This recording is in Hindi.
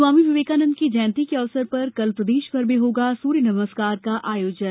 स्वामी विवेकानंद की जयंती के अवसर पर कल प्रदेश भर में होगा सूर्य नमस्कार का आयोजन